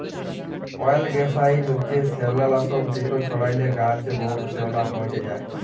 অয়েলগ্যাসাইড হছে শেওলালাসক যেট ছড়াইলে গাহাচে বহুত শেওলা মইরে যায়